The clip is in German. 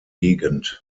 gegend